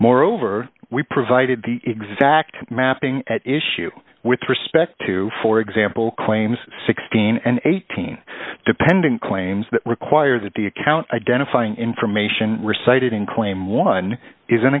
moreover we provided the exact mapping at issue with respect to for example claims sixteen and eighteen dependent claims that require that the account identifying information reciting claim one is an